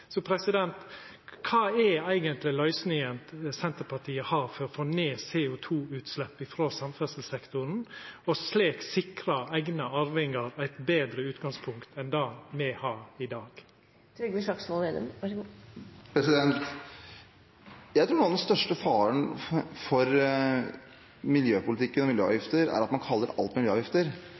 Kva er eigentleg løysinga Senterpartiet har for å få ned CO2-utsleppa frå samferdslesektoren og slik sikra eigne arvingar eit betre utgangspunkt enn det me har i dag? Jeg tror noe av den største faren i miljøpolitikken er at man kaller alt miljøavgifter. Bompenger ble ikke innført som en miljøavgift. Det har aldri vært noen begrunnelse at